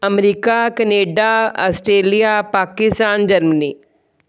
America Canada Australia Pakistan Germany